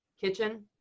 Kitchen